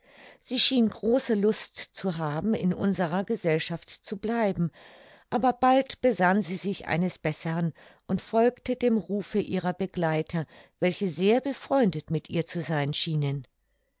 sie schien große lust zu haben in unserer gesellschaft zu bleiben aber bald besann sie sich eines bessern und folgte dem rufe ihrer begleiter welche sehr befreundet mit ihr zu sein schienen